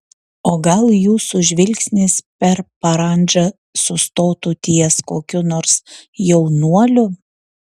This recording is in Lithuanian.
o gal jūsų žvilgsnis per parandžą sustotų ties kokiu nors jaunuoliu